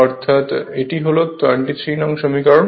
অর্থাৎ এটি হল 23 নং সমীকরণ